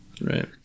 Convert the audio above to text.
Right